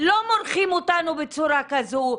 לא מורחים אותנו בצורה כזו,